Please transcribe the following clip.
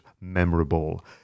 memorable